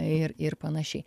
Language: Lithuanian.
ir ir panašiai